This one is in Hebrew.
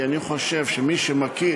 כי אני חושב שמי שמכיר,